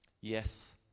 Yes